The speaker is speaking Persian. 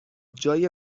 جای